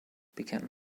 began